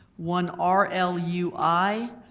one r l u i,